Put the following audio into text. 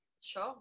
Sure